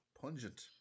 Pungent